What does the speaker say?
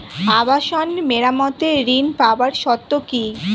আবাসন মেরামতের ঋণ পাওয়ার শর্ত কি?